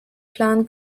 plan